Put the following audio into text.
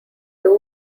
two